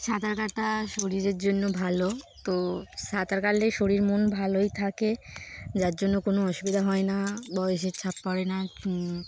সাঁতার কাটা শরীরের জন্য ভালো তো সাঁতার কাটলে শরীর মন ভালোই থাকে যার জন্য কোনো অসুবিধা হয় না বয়সের ছাপ পড়ে না